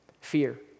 Fear